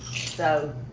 so